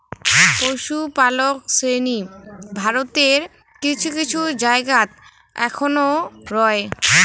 পশুপালক শ্রেণী ভারতের কিছু কিছু জায়গাত অখনও রয়